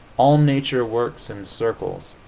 all nature works in circles.